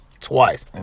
twice